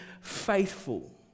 faithful